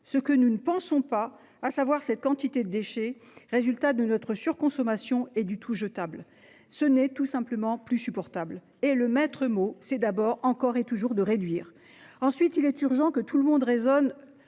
à quoi nous ne pensons pas, à savoir cette quantité de déchets qui est le résultat de notre surconsommation et du tout-jetable. Ce n'est tout simplement plus supportable. Le maître mot reste d'abord, encore et toujours, de les réduire. Il est urgent que tout le monde raisonne